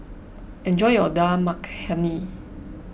enjoy your Dal Makhani